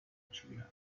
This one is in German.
mitschülern